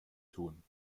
tun